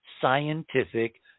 scientific